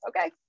okay